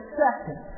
second